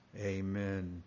Amen